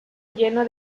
lleno